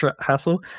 hassle